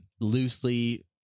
loosely